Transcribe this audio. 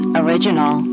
original